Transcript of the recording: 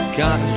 got